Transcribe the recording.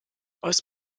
aus